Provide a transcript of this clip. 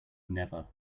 never